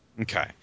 Okay